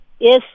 Yes